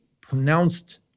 pronounced